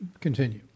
continue